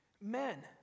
Men